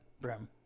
brim